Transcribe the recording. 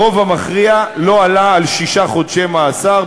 הרוב המכריע לא עלה על שישה חודשי מאסר.